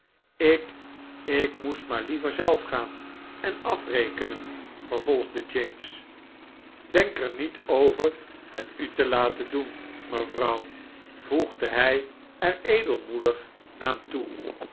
ik ik moest maar liever zelf gaan en afrekenen vervolgde james denk er niet over het u te laten doen mevrouw voegde hij er edelmoedig aan toe